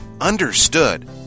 Understood